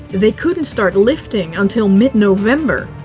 they couldn't start lifting until mid-november.